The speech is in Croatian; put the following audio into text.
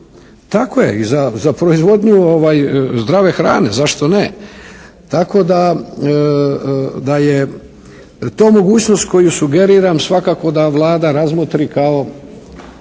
Tako je. I za proizvodnju zdrave hrane, zašto ne. Tako da je to mogućnost koju sugeriram svakako da Vlada razmotri kao